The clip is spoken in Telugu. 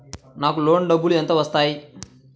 నాకు లోన్ డబ్బులు ఎంత వస్తాయి?